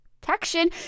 protection